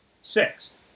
six